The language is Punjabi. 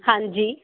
ਹਾਂਜੀ